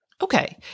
Okay